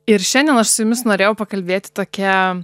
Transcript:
ir šiandien aš su jumis norėjau pakalbėti tokia